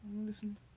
listen